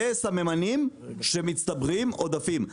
אלו סממנים שמצטברים עודפים.